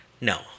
no